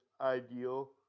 ideal